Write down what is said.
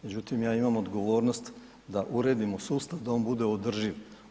Međutim, ja imam odgovornost da uredimo sustav da on bude održiv.